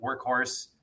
workhorse